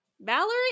Valerie